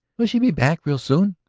will she be back real soon?